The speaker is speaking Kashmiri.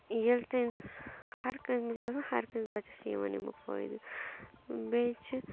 ییٚلہِ تہِ ہر کٲنٛسہِ مےٚ چھِ باسان ہر کٲنٛسہِ بَچَس چھِ یِوان اَمیُک فٲیدٕ بیٚیہِ چھُ